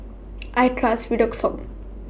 I Trust Redoxon